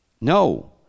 No